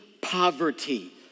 poverty